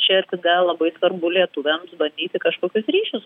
čia tada labai svarbu lietuviams bandyti kažkokius ryšius